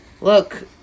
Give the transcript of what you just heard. look